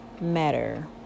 matter